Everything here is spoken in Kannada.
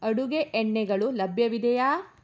ಅಡುಗೆ ಎಣ್ಣೆಗಳು ಲಭ್ಯವಿದೆಯಾ